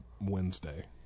Wednesday